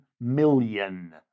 million